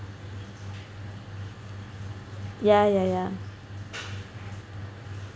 ya ya ya